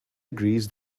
agrees